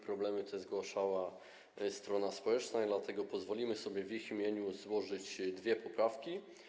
Problemy, uwagi też zgłaszała strona społeczna, dlatego pozwolimy sobie w jej imieniu złożyć dwie poprawki.